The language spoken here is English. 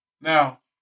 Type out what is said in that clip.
Now